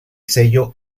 sello